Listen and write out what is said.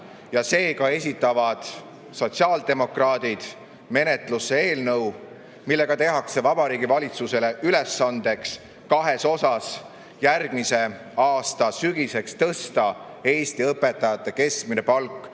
Seega esitavad sotsiaaldemokraadid menetlusse eelnõu, millega tehakse Vabariigi Valitsusele ülesandeks kahes osas järgmise aasta sügiseks tõsta Eesti õpetajate keskmine palk 120%‑ni